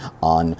on